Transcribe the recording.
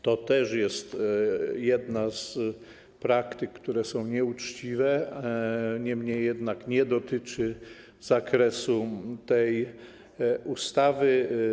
To też jest jedna z praktyk, które są nieuczciwe, niemniej nie dotyczy to zakresu tej ustawy.